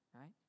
right